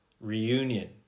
reunion